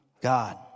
god